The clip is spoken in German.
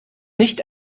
nicht